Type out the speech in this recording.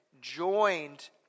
joined